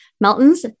Melton's